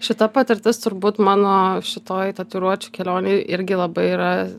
šita patirtis turbūt mano šitoj tatuiruočių kelionėj irgi labai yra